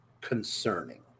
concerning